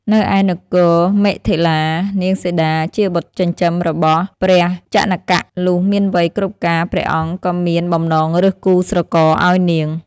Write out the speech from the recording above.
នៅឯនគរ មិថិលា នាងសីតាជាបុត្រចិញ្ចឹមរបស់ ព្រះជនក លុះមានវ័យគ្រប់ការ ព្រះអង្គក៏មានបំណងរើសគូស្រករអោយនាង។